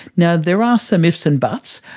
now, there are some ifs and buts,